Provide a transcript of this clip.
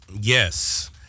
yes